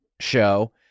show